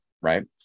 right